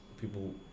people